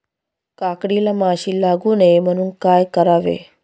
काकडीला माशी लागू नये म्हणून काय करावे?